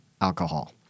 alcohol